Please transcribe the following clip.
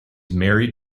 married